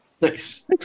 Nice